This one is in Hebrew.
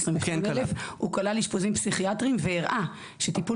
הוא כלל אשפוזים פסיכיאטרים והראה שטיפול